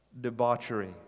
debauchery